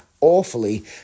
awfully